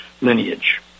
lineage